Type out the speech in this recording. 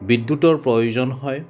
বিদ্যুতৰ প্ৰয়োজন হয়